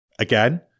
Again